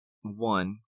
One